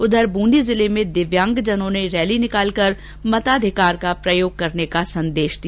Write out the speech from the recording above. उधर बूंदी जिले में दिव्यांगजनों ने रैली निकालकर मताधिकार का प्रयोग करने का संदेश दिया